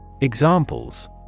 Examples